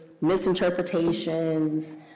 misinterpretations